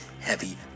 heavy